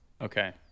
Okay